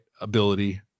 ability